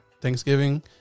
Thanksgiving